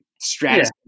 strategy